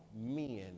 men